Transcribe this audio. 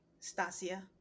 Stasia